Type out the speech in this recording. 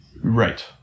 Right